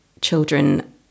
children